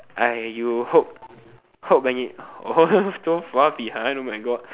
I you hope hope when it oh so far behind oh my god